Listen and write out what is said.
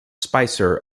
spicer